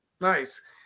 Nice